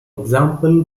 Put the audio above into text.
example